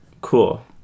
Cool